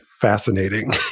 fascinating